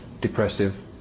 depressive